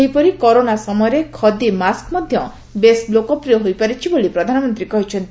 ସେହିପରି କରୋନା ସମୟରେ ଖଦୀ ମାସ୍କ ମଧ୍ୟ ବେଶ୍ ଲୋକପ୍ରିୟ ହୋଇପାରିଛି ବୋଲି ପ୍ରଧାନମନ୍ତ୍ରୀ କହିଛନ୍ତି